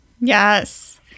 Yes